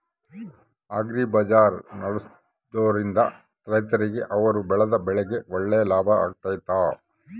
Agri bazaar ನಡೆಸ್ದೊರಿಂದ ರೈತರಿಗೆ ಅವರು ಬೆಳೆದ ಬೆಳೆಗೆ ಒಳ್ಳೆ ಲಾಭ ಆಗ್ತೈತಾ?